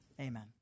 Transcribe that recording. Amen